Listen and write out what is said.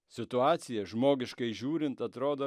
situacija žmogiškai žiūrint atrodo